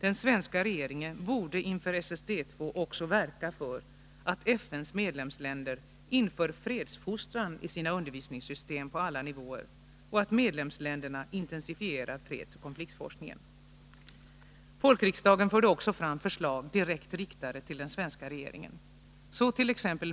Den svenska regeringen borde inför SSD II också verka för att FN:s medlemsländer inför fredsfostran i sina undervisningssystem på alla nivåer och att medlemsländerna intensifierar fredsoch konfliktforskningen. Folkriksdagen förde också fram förslag, direkt riktade till den svenska regeringen.